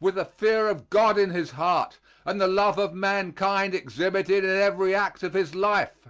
with the fear of god in his heart and the love of mankind exhibited in every act of his life